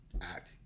act